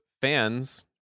fans